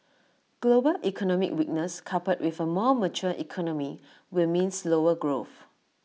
global economic weakness coupled with A more mature economy will mean slower growth